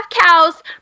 cows